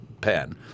pen